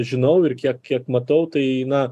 žinau ir kiek kiek matau tai na